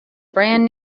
brand